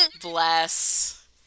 bless